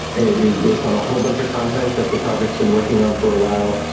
it is based on a whole bunch of content that the project's been working on for a while.